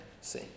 see